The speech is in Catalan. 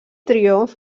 triomf